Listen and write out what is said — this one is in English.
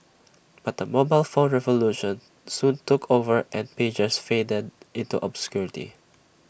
but the mobile phone revolution soon took over and pagers faded into obscurity